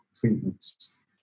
treatments